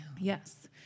Yes